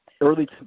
early